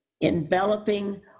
enveloping